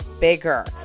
bigger